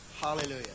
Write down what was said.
Hallelujah